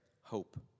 hope